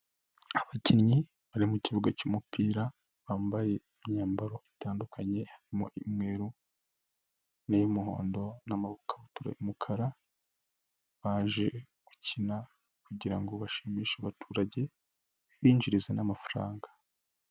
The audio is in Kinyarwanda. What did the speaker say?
Abakinnyi bari mu kibuga cy'umupira bambaye imyambaro itandukanye harimo iy'umweru n'iy'umuhondo n'amakabutura y'umukara, baje gukina kugira ngo bashimishe abaturage bibinjirize n'amafaranga.